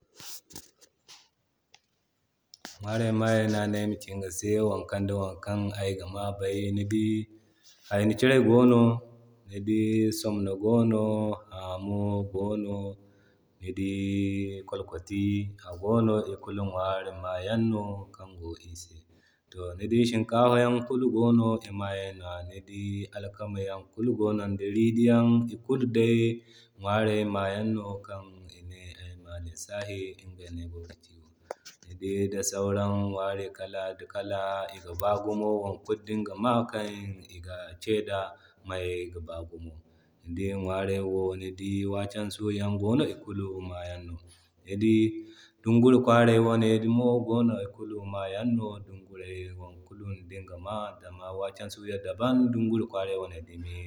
Ŋwarey ma yan no ane ayama ci iŋga se wokan ma wokan Yan ayga bay. Ni dii hayni kiraya gono. Ni dii somono goono. Haamo goono. Ni dii kwalkwati a gono. Ikulu ŋwari mayan no kan go iri se. To ni dii shikafa yaŋ kulu gono imaa yaŋ no. Ni dii alkama yaŋ kulu gono ŋda ridiyan ikulu day ŋwarey ma yaŋno kan ine ayma lissahi iŋga no aygogi ki wo. Ni dii da sauran ŋwarey kala ŋda kala iga baa gumo wokulu dinga ma kan iga kee da, mayay ga baa gumo. Ni dii ŋwarey wo waken-suuya yaŋ gono ikulu mayan no. Ni dii dunguri kwaray wane dumo gono ikulu maayan no. Dunguray wokulu dinga maa, zama waken suuya da ban dunguri kwaray wane